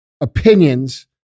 opinions